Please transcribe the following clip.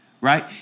Right